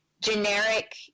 generic